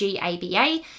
GABA